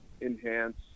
enhance